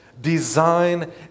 design